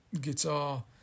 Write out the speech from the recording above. guitar